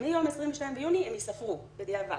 - מיום 22 ביוני הם ייספרו בדיעבד.